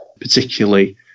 particularly